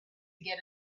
get